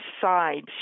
side